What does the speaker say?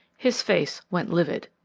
his face went livid.